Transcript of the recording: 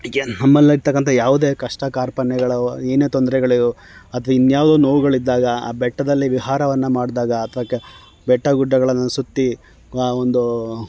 ಈಗೆ ನಮ್ಮಲ್ಲಿರ್ತಕ್ಕಂಥ ಯಾವುದೇ ಕಷ್ಟ ಕಾರ್ಪಣ್ಯಗಳು ಏನೇ ತೊಂದರೆಗಳು ಅಥ್ವಾ ಇನ್ಯಾವುದೋ ನೋವುಗಳಿದ್ದಾಗ ಆ ಬೆಟ್ಟದಲ್ಲಿ ವಿಹಾರವನ್ನು ಮಾಡಿದಾಗ ಅಥವಾ ಕ ಬೆಟ್ಟ ಗುಡ್ಡಗಳನ್ನು ಸುತ್ತಿ ಆ ಒಂದು